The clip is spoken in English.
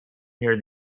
near